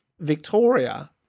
Victoria